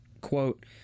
quote